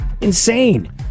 Insane